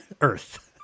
earth